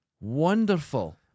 Wonderful